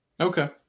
Okay